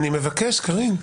אני מבקש, קארין.